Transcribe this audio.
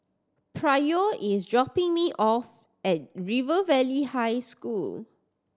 Pryor is dropping me off at River Valley High School